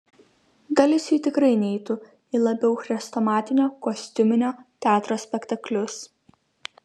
dalis jų tikrai neitų į labiau chrestomatinio kostiuminio teatro spektaklius